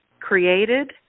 created